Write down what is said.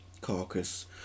carcass